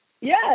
Yes